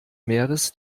meeres